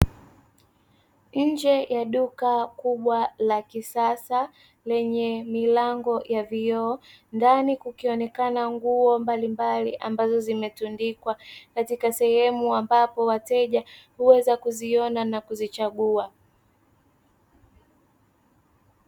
Nje ya duka kubwa la kisasa lenye milango ya vioo, ndani kukionekana nguo mbalimbali ambazo zimetundikwa katika sehemu ambapo, mteja huweza kuziona na kuzichagua.